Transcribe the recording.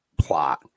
plot